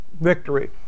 victory